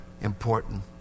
important